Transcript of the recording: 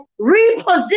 reposition